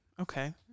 Okay